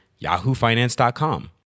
YahooFinance.com